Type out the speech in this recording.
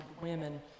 women